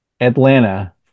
Atlanta